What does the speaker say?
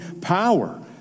power